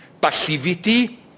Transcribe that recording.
passivity